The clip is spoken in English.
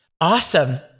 awesome